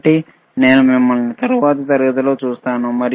కాబట్టి నేను మిమ్మల్ని తరువాతి తరగతిలో చూస్తాను